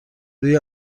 روی